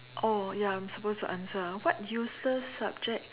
oh ya I'm supposed to answer ah what useless subject